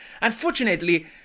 Unfortunately